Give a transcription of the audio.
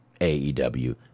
AEW